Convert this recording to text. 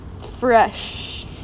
fresh